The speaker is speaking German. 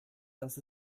dass